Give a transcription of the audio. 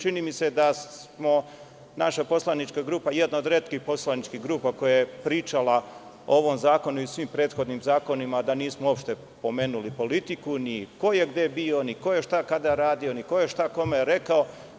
Čini mi se da je naša poslanička grupa jedna od retkih poslaničkih grupa koja je pričala o ovom zakonu i svim prethodnim zakonima, a da nismo uopšte pomenuli politiku, ni ko je gde bio, ni ko je šta kada radio, ni ko je šta kome rekao.